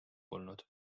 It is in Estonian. polnud